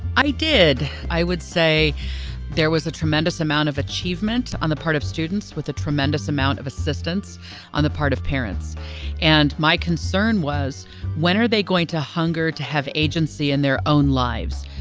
i did. i would say there was a tremendous amount of achievement on the part of students with a tremendous amount of assistance on the part of parents and my concern was when are they going to hunger to have agency in their own lives,